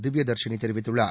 திவ்யதர்ஷினி தெரிவித்துள்ளார்